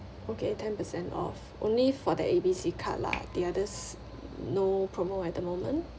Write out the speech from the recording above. okay ten percent off only for the A_B_C card lah the others no promo at the moment